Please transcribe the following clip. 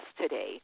today